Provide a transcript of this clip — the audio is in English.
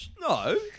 No